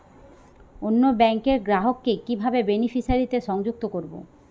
অন্য ব্যাংক র গ্রাহক কে কিভাবে বেনিফিসিয়ারি তে সংযুক্ত করবো?